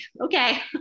okay